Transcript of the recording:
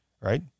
Right